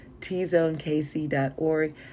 tzonekc.org